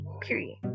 period